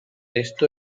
esto